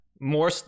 more